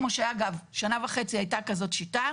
כמו שאגב, שנה וחצי הייתה כזאת שיטה.